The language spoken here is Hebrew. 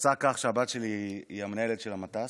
יצא כך שהבת שלי היא המנהלת של המטס,